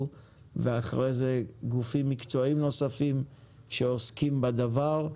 ואחרי זה גופים מקצועיים נוספים שעוסקים בדבר,